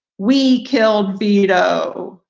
we killed vito.